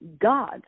god